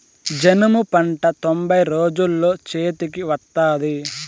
జనుము పంట తొంభై రోజుల్లో చేతికి వత్తాది